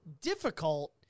difficult